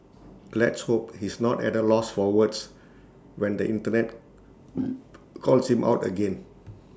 let's hope he's not at A loss for words when the Internet calls him out again